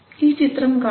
ഈ ചിത്രം കാണുക